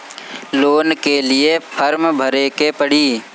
Loan के लिए form भरे के पड़ी?